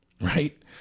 right